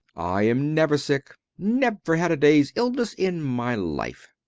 i am never sick. never had a day's illness in my life.